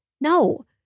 No